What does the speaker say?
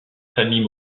famille